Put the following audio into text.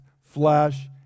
flesh